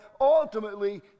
Ultimately